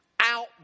out